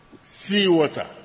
seawater